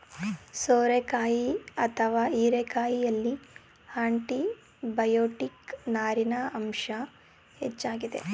ಸೋರೆಕಾಯಿ ಅಥವಾ ಹೀರೆಕಾಯಿಯಲ್ಲಿ ಆಂಟಿಬಯೋಟಿಕ್, ನಾರಿನ ಅಂಶ ಹೆಚ್ಚಾಗಿದೆ